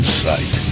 sight